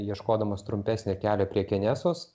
ieškodamas trumpesnio kelio prie kenesos